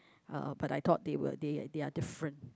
uh but I thought they were they they are different